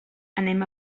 anem